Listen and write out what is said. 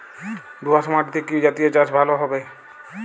দোয়াশ মাটিতে কি জাতীয় চাষ ভালো হবে?